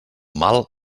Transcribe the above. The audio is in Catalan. mal